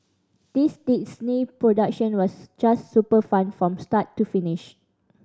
this Disney production was just super fun from start to finish